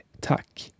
Tack